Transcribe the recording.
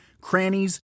crannies